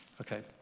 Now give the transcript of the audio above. Okay